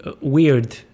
weird